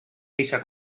eixa